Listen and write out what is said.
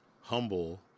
humble